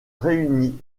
réunit